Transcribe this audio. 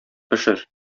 пешер